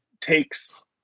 takes